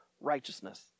righteousness